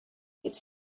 its